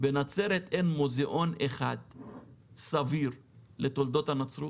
ובנצרת אין מוזאון אחד סביר לתולדות הנצרות?